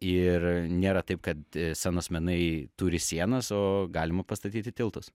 ir nėra taip kad scenos menai turi sieną su galima pastatyti tiltus